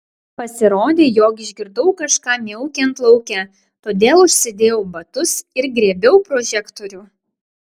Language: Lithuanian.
pasirodė jog išgirdau kažką miaukiant lauke todėl užsidėjau batus ir griebiau prožektorių